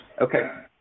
Okay